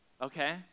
Okay